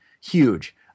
huge